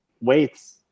weights